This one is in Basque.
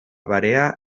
barea